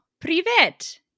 Privet